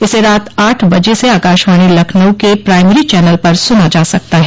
इसे रात आठ बजे से आकाशवाणी लखनऊ के प्राइमरी चैनल पर सुना जा सकता है